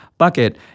bucket